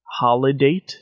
Holiday